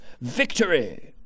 victory